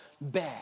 bad